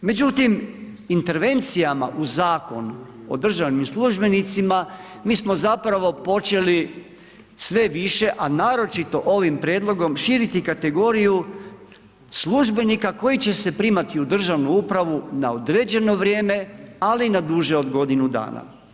Međutim, intervencijama u Zakonu o državnim službenicima, mi smo zapravo počeli sve više, a naročito ovim prijedlogom širiti kategoriju službenika koji će se primati u državnu upravu na određeno vrijeme, ali na duže od godinu dana.